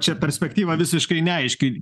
čia perspektyva visiškai neaiški